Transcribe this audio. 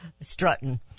strutting